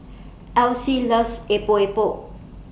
Elyse loves Epok Epok